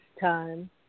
time